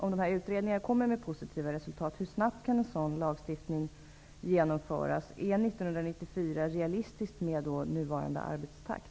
Om utredningarna kommer med positiva resultat, hur snabbt kan då en sådan förändring av lagstiftningen genomföras? Är 1994 realistiskt med nuvarande arbetstakt?